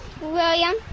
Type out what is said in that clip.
William